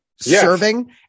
serving